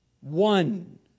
One